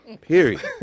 Period